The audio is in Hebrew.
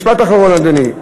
משפט אחרון, אדוני.